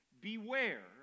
beware